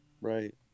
Right